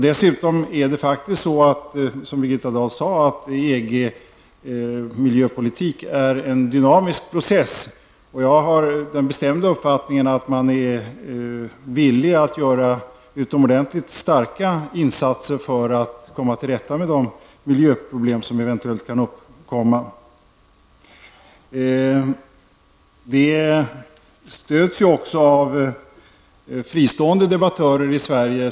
Dessutom är, som Birgitta Dahl sade, EGs miljöpolitik en dynamisk process, och jag har den bestämda uppfattningen att man är villig att göra utomordentligt starka insatser för att komma till rätta med de miljöproblem som eventuellt kan uppstå. Denna uppfattning stöds också av fristående debattörer i Sverige.